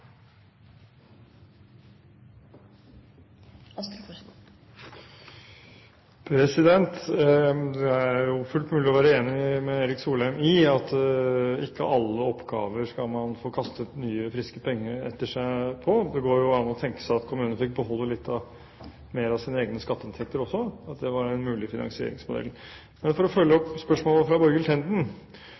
jo fullt mulig å være enig med Erik Solheim i at ikke alle oppgaver skal få kastet nye, friske penger etter seg. Det går jo også an å tenke seg at kommuner fikk beholde litt mer av sine egne skatteinntekter – at det var en mulig finansieringsmodell. Men for å følge opp spørsmålet fra